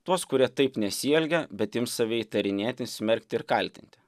tuos kurie taip nesielgia bet ims save įtarinėti smerkti ir kaltinti